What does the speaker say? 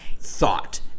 thought